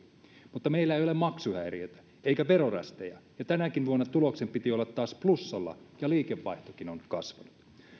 mutta meillä ei ole maksuhäiriötä eikä verorästejä ja tänäkin vuonna tuloksen piti olla taas plussalla ja liikevaihtokin on kasvanut